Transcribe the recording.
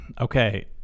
Okay